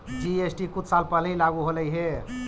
GST कुछ साल पहले ही लागू होलई हे